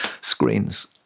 Screens